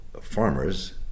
farmers